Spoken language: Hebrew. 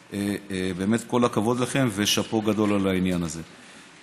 באמת כל הכבוד לכם ושאפו גדול על העניין הזה.